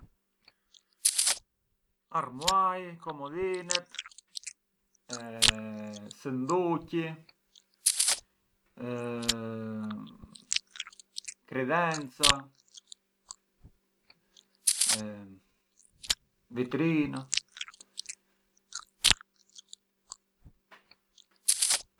Armuai, komodhinet, sunduqi, kridhenca, librina.